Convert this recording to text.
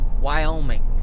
Wyoming